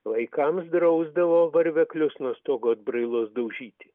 vaikams drausdavo varveklius nuo stogo atbrailos daužyti